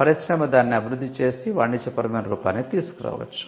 పరిశ్రమ దానిని అభివృద్ధి చేసి వాణిజ్యపరమైన రూపానికి తీసుకు రావచ్చు